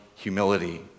humility